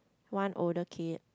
one older kid